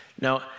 Now